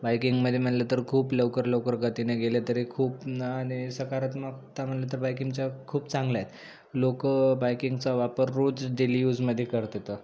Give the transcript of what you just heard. बायकिंगमध्ये म्हटलं तर खूप लवकर लवकर गतिने गेले तरी खूप आणि सकारात्मकता म्हटलं तर बायकिंगच्या खूप चांगल्या आहेत लोकं बायकिंगचा वापर रोज डेली यूजमध्ये करते तर